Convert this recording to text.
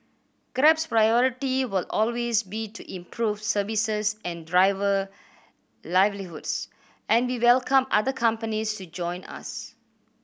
Grab's priority will always be to improve services and driver livelihoods and we welcome other companies to join us